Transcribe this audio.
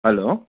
hello